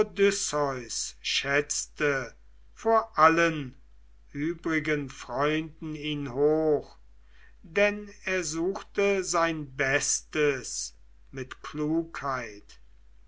schätzte vor allen übrigen freunden ihn hoch denn er suchte sein bestes mit klugheit